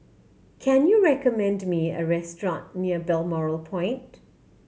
can you recommend me a restaurant near Balmoral Point